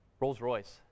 Rolls-Royce